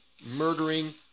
murdering